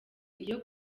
iyo